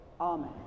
Amen